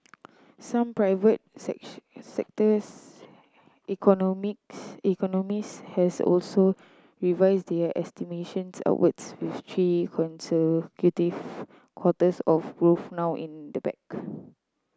some private sectors economists has also revised their estimations upwards with three consecutive quarters of growth now in the bag